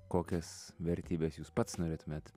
kokias vertybes jūs pats norėtumėt